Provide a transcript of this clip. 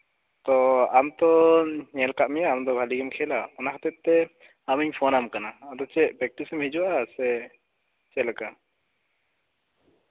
ᱛᱚ ᱟᱢᱛᱚ ᱧᱮᱞ ᱠᱟᱜ ᱢᱮᱭᱟ ᱵᱷᱟᱹᱜᱤ ᱜᱮᱢ ᱠᱷᱮᱞᱟ ᱚᱱᱟ ᱦᱚᱛᱮᱛᱮ ᱟᱢᱤᱧ ᱯᱷᱳᱱ ᱟᱢ ᱠᱟᱱᱟ ᱯᱨᱮᱠᱴᱤᱥ ᱮᱢ ᱦᱤᱡᱩᱜᱼᱟ ᱥᱮ ᱪᱮᱫ ᱞᱮᱠᱟ